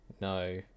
No